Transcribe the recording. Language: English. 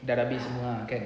dah habis semua kan